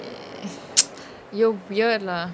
you're weird lah